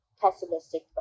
pessimistic